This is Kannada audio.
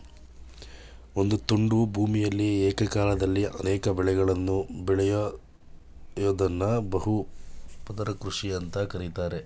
ಒಂದು ತುಂಡು ಭೂಮಿಯಲಿ ಏಕಕಾಲದಲ್ಲಿ ಅನೇಕ ಬೆಳೆಗಳನ್ನು ಬೆಳಿಯೋದ್ದನ್ನ ಬಹು ಪದರ ಕೃಷಿ ಅಂತ ಕರೀತಾರೆ